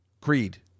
creed